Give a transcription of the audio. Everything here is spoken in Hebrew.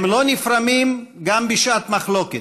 הם לא נפרמים גם בשעת מחלוקת,